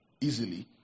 easily